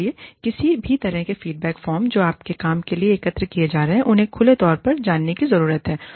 इसलिए किसी भी तरह के फीडबैक फॉर्म जो आपके काम के लिए एकत्र किए जा रहे हैं उन्हें खुले तौर पर जानने की जरूरत है